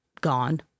gone